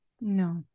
no